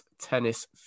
tennis